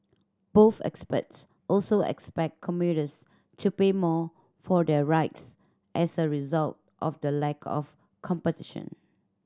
both experts also expect commuters to pay more for their rides as a result of the lack of competition